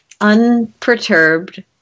unperturbed